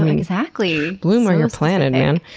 um exactly! bloom where you're planted, man.